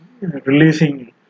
releasing